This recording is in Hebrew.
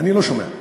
אני לא שומע.